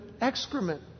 excrement